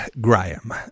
Graham